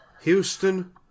Houston